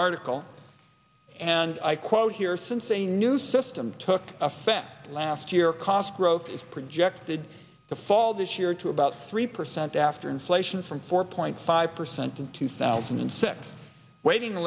article and i quote here since a new system took effect last year cost growth is projected to fall this year to about three percent after inflation from four point five percent in two thousand and six waiting